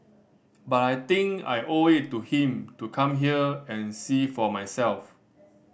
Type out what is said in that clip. but I think I owe it to him to come here and see for myself